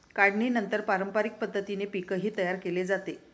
काढणीनंतर पारंपरिक पद्धतीने पीकही तयार केले जाते